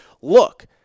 look